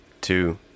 two